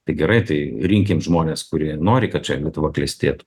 tai gerai tai rinkim žmones kurie nori kad čia lietuva klestėtų